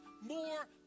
more